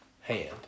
hand